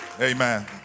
Amen